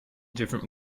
different